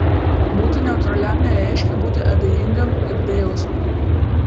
būti neutraliam nereiškia būti abejingam ir bejausmiam